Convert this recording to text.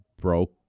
broke